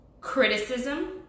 criticism